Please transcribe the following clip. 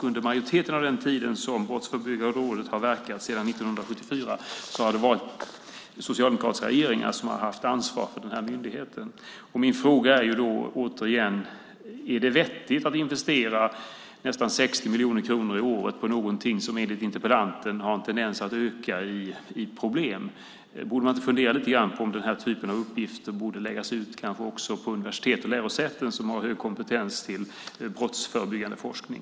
Under större delen av den tid som Brottsförebyggande rådet verkat, alltså sedan 1974, har Socialdemokratiska regeringar haft ansvar för myndigheten. Jag vill därför, fru talman, fråga: Är det vettigt att investera nästan 60 miljoner kronor om året på någonting som enligt interpellanten har en tendens att öka vad avser problem? Borde man inte fundera på om den typen av uppgifter kunde läggas ut på universitet och andra lärosäten som har hög kompetens när det gäller brottsförebyggande forskning?